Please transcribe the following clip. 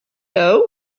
doe